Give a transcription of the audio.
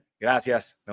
Gracias